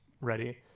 ready